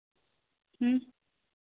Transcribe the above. ᱦᱮᱸ